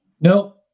No